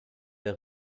der